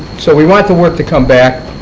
so we want the work to come back,